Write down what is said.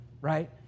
right